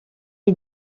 ils